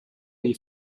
dei